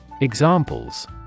Examples